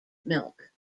milk